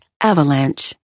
Avalanche